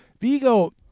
Vigo